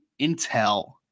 intel